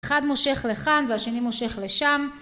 אחד מושך לכאן והשני מושך לשם